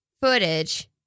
footage